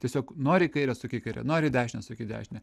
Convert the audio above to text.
tiesiog nori į kairę suk į kairę nori į dešinę suk į dešinę